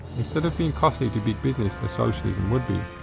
instead of being costly to big business as socialism would be,